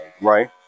Right